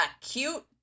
cute